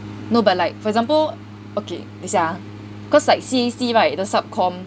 no but like for example okay 等一下 ah cause like C_A_C right 的 sub comm